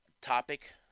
topic